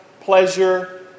pleasure